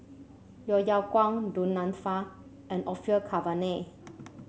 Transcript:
Yeo Yeow Kwang Du Nanfa and Orfeur Cavenagh